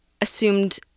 assumed